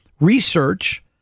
research